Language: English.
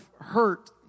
hurt